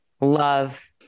Love